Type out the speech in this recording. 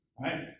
right